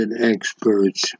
experts